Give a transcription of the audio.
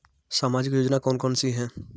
सामाजिक योजना कौन कौन सी हैं?